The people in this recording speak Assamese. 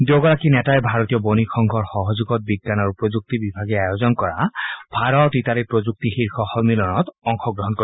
দুয়োগৰাকী নেতাই ভাৰতীয় বণিক সংঘৰ সহযোগত বিজ্ঞান আৰু প্ৰযুক্তি বিভাগে আয়োজন কৰা ভাৰত ইটালী প্ৰযুক্তি শীৰ্ষ সন্মিলনত অংশগ্ৰহণ কৰিব